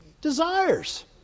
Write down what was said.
desires